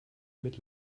mit